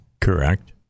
Correct